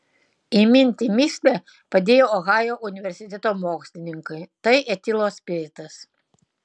įminti mįslę padėjo ohajo universiteto mokslininkai tai etilo spiritas